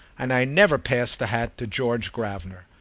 and i never passed the hat to george gravener.